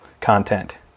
content